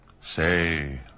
Say